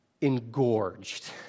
engorged